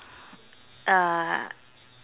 uh